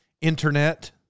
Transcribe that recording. internet